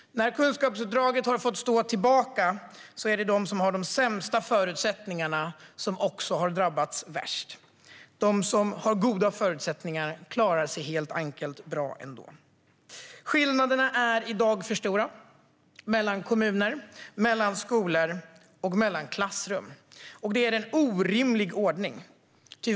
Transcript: När kunskapsuppdraget har fått stå tillbaka är det de som har de sämsta förutsättningarna som har drabbats värst. De som har goda förutsättningar klarar sig helt enkelt bra ändå. Skillnaderna är i dag för stora mellan kommuner, mellan skolor och mellan klassrum. Det är en orimlig ordning.